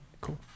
cool